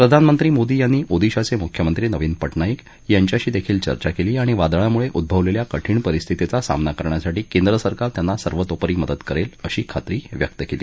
प्रधानमंत्री मोदी यांनी ओदिशाचे मुख्यमंत्री नवीन प ज्ञायक यांच्याशी देखील चर्चा केली आणि वादळामुळं उद्रवलेल्या कठीण परिस्थितीचा सामना करण्यासाठी केंद्र सरकार त्यांना सर्वतोपरी मदत करेल अशी खात्री व्यक्त केली